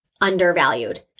undervalued